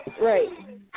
Right